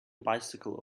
bicycle